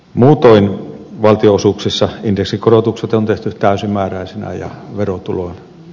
muutoin valtionosuuksissa indeksikorotukset on tehty täysimääräisinä ja verotuloa